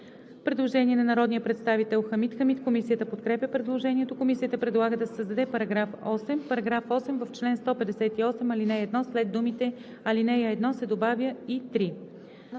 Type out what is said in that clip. Предложение на народния представител Хамид Хамид. Комисията подкрепя предложението. Комисията предлага да се създаде § 8: „§ 8. В чл. 158, ал. 1 след думите „ал. 1“ се добавя „и 3“.“